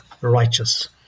righteous